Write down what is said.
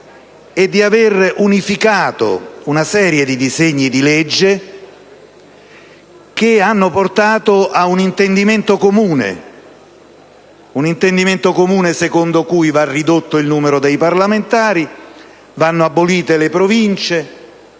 periodo unificando una serie di disegni di legge, che hanno portato ad un intendimento comune secondo cui va ridotto il numero dei parlamentari, vanno abolite le Province